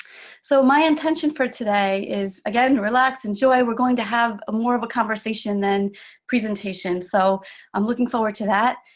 so my intention for today is, again, relax, enjoy. we are going to have more of a conversation than presentation, so i'm looking forward to that.